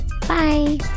Bye